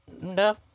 No